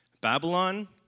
Babylon